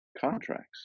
contracts